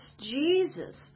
Jesus